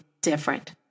different